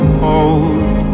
hold